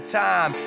time